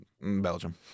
Belgium